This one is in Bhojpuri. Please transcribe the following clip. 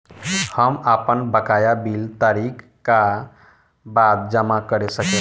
हम आपन बकाया बिल तारीख क बाद जमा कर सकेला?